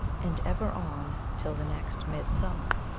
and ever on till the next midsummer.